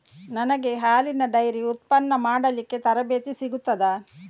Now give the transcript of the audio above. ನನಗೆ ಹಾಲಿನ ಡೈರಿ ಉತ್ಪನ್ನ ಮಾಡಲಿಕ್ಕೆ ತರಬೇತಿ ಸಿಗುತ್ತದಾ?